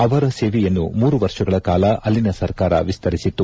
ಅವರ ಸೇವೆಯನ್ನು ಮೂರು ವರ್ಷಗಳ ಕಾಲ ಅಲ್ಲಿನ ಸರ್ಕಾರ ವಿಸ್ತರಿಸಿತ್ತು